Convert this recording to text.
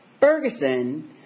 Ferguson